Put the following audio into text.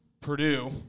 Purdue